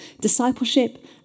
Discipleship